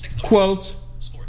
quote